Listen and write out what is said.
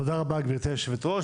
תודה רבה גבירתי היו"ר.